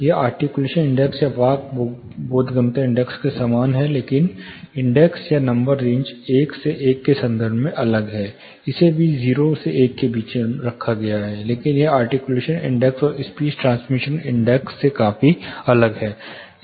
यह articulation index या वाक बोधगम्यता इंडेक्स के समान है लेकिन इंडेक्स या नंबर रेंज 1 से 1 के संदर्भ में अलग अलग है इसे भी 0 से 1 के बीच में रखा गया है लेकिन यह आर्टिक्यूलेशन इंडेक्स और स्पीच ट्रांसमिशन इंडेक्स से काफी अलग है